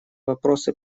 вопросы